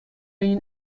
این